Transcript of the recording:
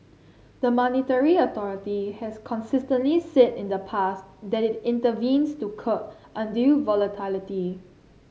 the monetary authority has consistently said in the past that it intervenes to curb undue volatility